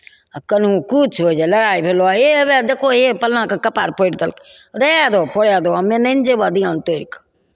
आ कहुँ किछु होय गेलै लड़ाइ भऽ गेलहु हे देखहो हे फल्लाँके कपाड़ फोड़ि देलकै रहय दहो फोड़य दहो हमे नहि ने जयबहु धियान तोड़ि कऽ